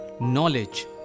knowledge